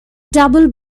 double